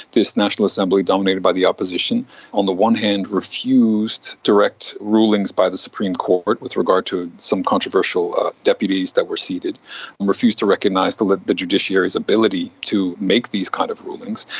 this national assembly dominated by the opposition on the one hand refused direct rulings by the supreme court with regard to some controversial deputies that were seated and refused to recognise like the judiciary's ability to make these kind of rulings,